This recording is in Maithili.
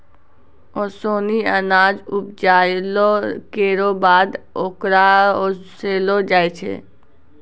ओसौनी अनाज उपजाइला केरो बाद ओकरा ओसैलो जाय छै